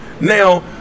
Now